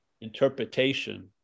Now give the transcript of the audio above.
interpretation